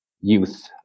youth